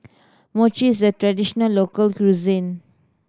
mochi is a traditional local cuisine